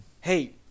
hey